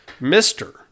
Mr